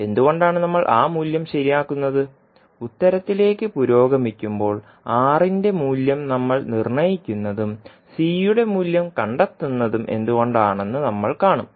എന്തുകൊണ്ടാണ് നമ്മൾ ആ മൂല്യം ശരിയാക്കുന്നത് ഉത്തരത്തിലേക്ക് പുരോഗമിക്കുമ്പോൾ R ന്റെ മൂല്യം നമ്മൾ നിർണ്ണയിക്കുന്നതും Cയുടെ മൂല്യം കണ്ടെത്തുന്നതും എന്തുകൊണ്ടാണെന്ന് നമ്മൾ കാണും